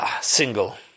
single